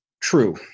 true